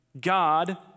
God